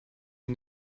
dem